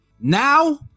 Now